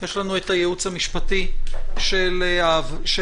יש לנו את הייעוץ המשפטי של הוועדה,